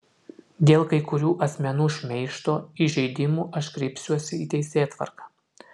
dėl kai kurių asmenų šmeižto įžeidimų aš kreipsiuosi į teisėtvarką